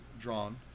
drawn